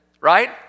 right